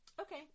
Okay